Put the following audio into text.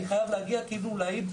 אני חייב להגיע להעיד,